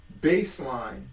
baseline